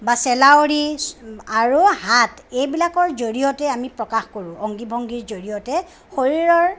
বা চেলাউৰি আৰু হাত এইবিলাকৰ জৰিয়তে আমি প্ৰকাশ কৰোঁ অংগী ভংগীৰ জৰিয়তে শৰীৰৰ